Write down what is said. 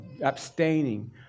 abstaining